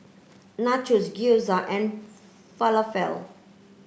Nachos Gyoza and Falafel